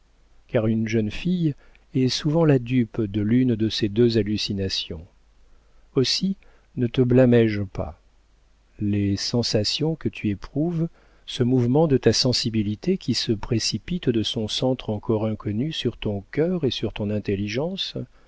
car une jeune fille est souvent la dupe de l'une de ces deux hallucinations aussi ne te blâmé je pas les sensations que tu éprouves ce mouvement de ta sensibilité qui se précipite de son centre encore inconnu sur ton cœur et sur ton intelligence